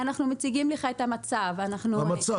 אנחנו מציגים לך את המצב, אנחנו מציגים את התמונה.